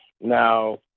Now